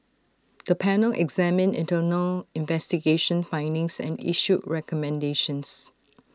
the panel examined internal investigation findings and issued recommendations